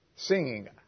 singing